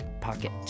pocket